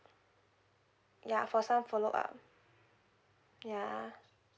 ya for some follow up ya